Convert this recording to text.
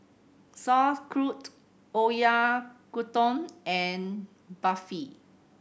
Sauerkraut Oyakodon and Barfi